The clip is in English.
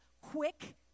quick